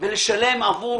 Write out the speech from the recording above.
ולשלם עבור